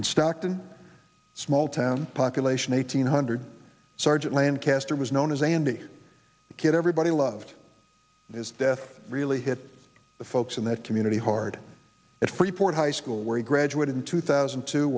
and stockton small town population eight hundred sergeant lancaster was known as andy the kid everybody loved his death really hit the folks in that community hard at freeport high school where he graduated in two thousand